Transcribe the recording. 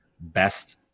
best